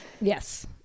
Yes